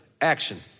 action